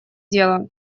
дело